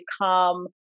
become